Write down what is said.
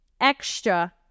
extra